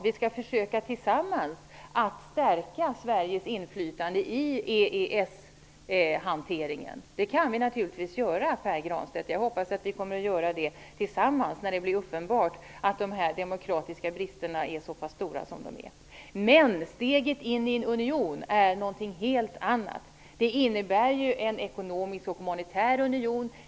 Vi skall försöka att tillsammans stärka Sveriges inflytande i EES-hanteringen, vilket vi naturligtvis kan göra, Pär Granstedt. Jag hoppas att vi kommer att göra det tillsammans, när det blir uppenbart hur stora de demokratiska bristerna är. Men steget in i en union är någonting helt annat. Det innebär en ekonomisk och monitär union.